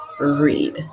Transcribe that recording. Read